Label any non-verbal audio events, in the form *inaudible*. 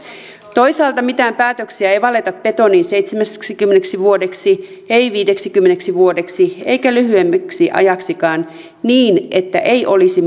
toisaalta mitään päätöksiä ei valeta betoniin seitsemäksikymmeneksi vuodeksi ei viideksikymmeneksi vuodeksi eikä lyhyemmäksikään ajaksi niin että ei olisi *unintelligible*